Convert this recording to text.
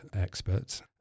experts